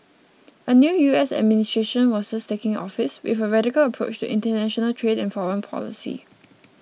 a new U S administration was just taking office with a radical approach to international trade and foreign policy